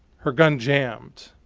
her gun jammed.